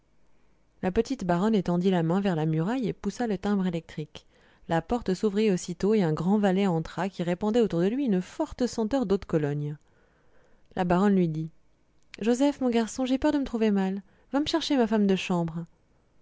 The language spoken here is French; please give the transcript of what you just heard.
la petite baronne étendit la main vers la muraille et poussa le timbre électrique la porte s'ouvrit presque aussitôt et un grand valet entra qui répandait autour de lui une forte senteur d'eau de cologne la baronne lui dit joseph mon garçon j'ai peur de me trouver mal va me chercher ma femme de chambre